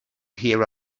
here